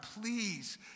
Please